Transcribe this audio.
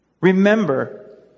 Remember